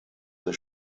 der